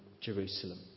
Jerusalem